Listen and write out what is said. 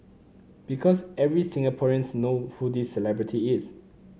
because every Singaporeans know who this celebrity is